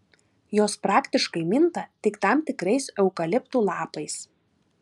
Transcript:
jos praktiškai minta tik tam tikrais eukaliptų lapais